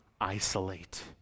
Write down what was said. isolate